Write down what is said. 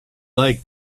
like